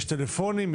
יש טלפונים,